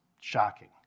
shocking